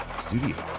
Studios